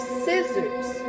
scissors